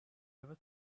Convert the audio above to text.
never